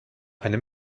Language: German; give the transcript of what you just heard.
eine